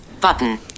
Button